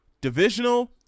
Divisional